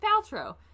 Paltrow